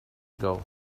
ago